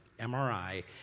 MRI